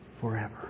forever